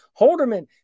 Holderman